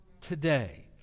today